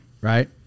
right